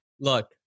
Look